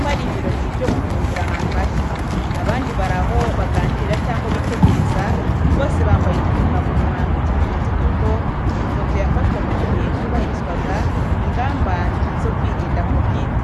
ko ari ibirori byo gufungura ahantu hashya. Abandi bari aho baganira cyangwa bitegereza, bose bambaye udupfukamunwa nk’ikimenyetso cy’uko ifoto yafashwe mu gihe cyubahirizwaga ingamba zo kwirinda kovide.